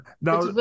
Now